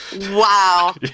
Wow